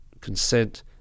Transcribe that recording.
consent